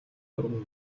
дургүй